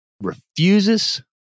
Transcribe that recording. refuses